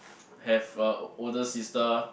have a older sister